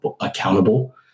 accountable